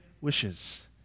wishes